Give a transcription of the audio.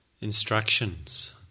instructions